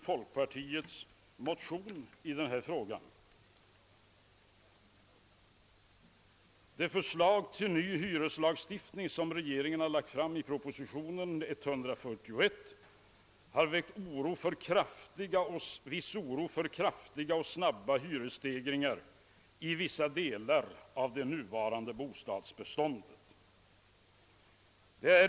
Motionärerna skriver bl.a.: »Det förslag till ny hyreslagstiftning, som regeringen lagt fram i proposition 1967:141, har väckt viss oro för kraftiga och snabba hyresstegringar i vissa delar av det nuvarande bostadsbeståndet.